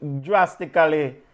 drastically